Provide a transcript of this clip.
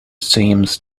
seems